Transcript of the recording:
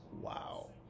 Wow